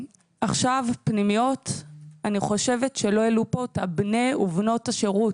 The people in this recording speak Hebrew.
אני חושבת שלא העלו פה את בני ובנות השירות.